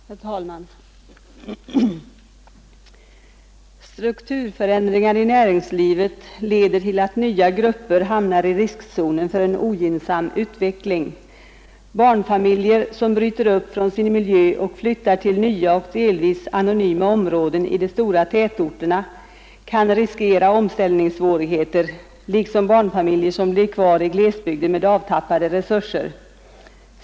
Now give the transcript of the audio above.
Herr talman! ”Strukturförändringar i näringslivet leder till att nya grupper hamnar i riskzonen för en ogynnsam utveckling. Barnfamiljer som bryter upp från sin miljö och flyttar till nya och delvis anonyma områden i de stora tätorterna kan riskera omställningssvårigheter liksom barnfamiljer som blir kvar i glesbygden med avtappade resurser.